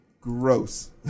Gross